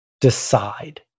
decide